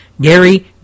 Gary